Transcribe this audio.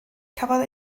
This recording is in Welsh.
cafodd